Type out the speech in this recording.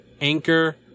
Anchor